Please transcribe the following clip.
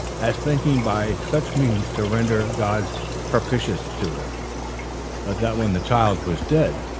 as thinking by such means to render god propitious to him but that when the child was dead,